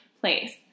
place